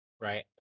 right